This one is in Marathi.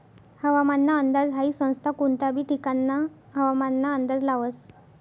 हवामानना अंदाज हाई संस्था कोनता बी ठिकानना हवामानना अंदाज लावस